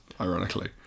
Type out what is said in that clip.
ironically